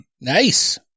Nice